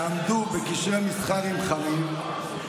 שעמדו בקשרי מסחר עם חמיו.